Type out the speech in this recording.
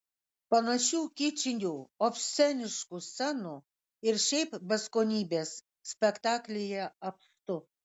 panašių kičinių obsceniškų scenų ir šiaip beskonybės spektaklyje apstu